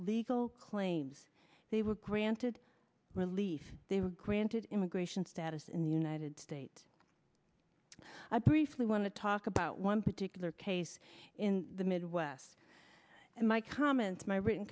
legal claims they were granted relief they were granted immigration status in the united states briefly want to talk about one particular case in the midwest and my comments my written